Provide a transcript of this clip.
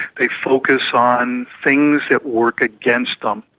they focus on things that work against them.